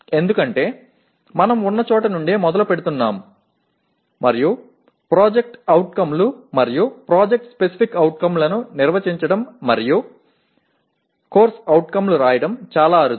ఎందుకంటే మనం ఉన్న చోట నుండే మొదలుపెడుతున్నాం మరియు POలు మరియు PSOలను నిర్వచించడం మరియు COలు రాయడం చాలా అరుదు